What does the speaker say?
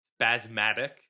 spasmatic